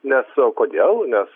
nes o kodėl nes